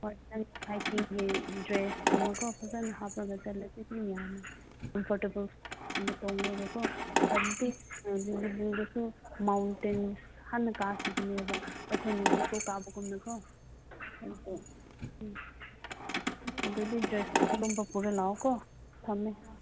ꯍꯣꯏ ꯅꯪꯒꯤ ꯍꯥꯏꯀꯤꯡꯒꯤ ꯗ꯭ꯔꯦꯁꯀꯨꯝꯕꯀꯣ ꯐꯖꯅ ꯍꯥꯞꯞꯒ ꯆꯠꯂꯗꯤ ꯑꯗꯨꯝ ꯌꯥꯅꯤ ꯀꯝꯐꯣꯔꯇꯦꯕꯜꯒꯨꯝꯕ ꯇꯣꯡꯉꯒꯀꯣ ꯍꯧꯖꯤꯛꯇꯤ ꯂꯤꯂꯤꯕꯨꯡꯗꯁꯨ ꯃꯥꯎꯟꯇꯦꯟ ꯍꯥꯟꯅ ꯀꯥꯈꯤꯕꯅꯦꯕ ꯑꯩꯈꯣꯏꯅ ꯖꯨꯀꯣ ꯀꯥꯕꯒꯨꯝꯅꯀꯣ ꯑꯗꯨꯗꯤ ꯗ꯭ꯔꯦꯁ ꯑꯂꯨꯝꯕ ꯄꯨꯔ ꯂꯥꯛꯑꯣꯀꯣ ꯊꯝꯃꯦ